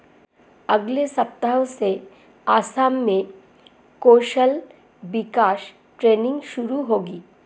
अगले सप्ताह से असम में कौशल विकास ट्रेनिंग शुरू होगी